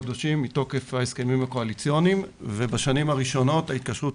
קדושים מתוקף ההסכמים הקואליציוניים ובשנים הראשונות ההתקשרות